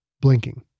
blinking